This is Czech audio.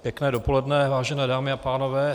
Pěkné dopoledne, vážené dámy a pánové.